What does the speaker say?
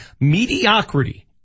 mediocrity